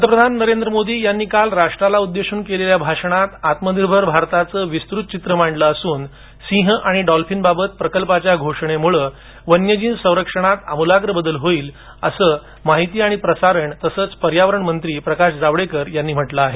पंतप्रधान नरेंद्र मोदी यांनी काल राष्ट्राला उद्देशून दिलेल्या भाषणात आत्मनिर्भर भारताचं विस्तृत चित्र मांडलं असून सिंह आणि डॉल्फीन बाबत प्रकल्पाच्या घोषणेमुळे वन्यजीव संरक्षणात अमुलाग्र बदल होईल असं माहिती आणि प्रसारण तसंच पर्यावरण मंत्री प्रकाश जावडेकर यांनी म्हटलं आहे